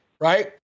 right